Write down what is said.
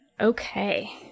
Okay